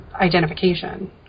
identification